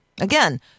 Again